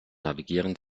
navigieren